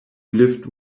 lived